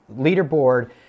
leaderboard